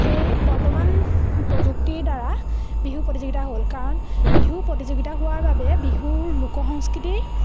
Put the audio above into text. সেই বৰ্তমান প্ৰযুক্তিৰ দ্বাৰা বিহু প্ৰতিযোগিতা হ'ল কাৰণ বিহু প্ৰতিযোগিতা হোৱাৰ বাবে বিহুৰ লোক সংস্কৃতিৰ